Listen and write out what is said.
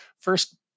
first